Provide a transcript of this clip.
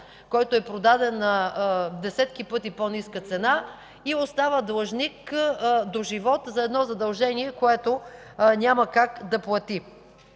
който е продаден на десетки пъти по-ниска цена, и остава длъжник до живот за едно задължение, което няма как да плати.